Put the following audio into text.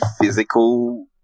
physical